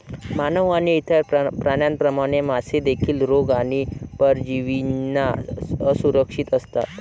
मानव आणि इतर प्राण्यांप्रमाणे, मासे देखील रोग आणि परजीवींना असुरक्षित असतात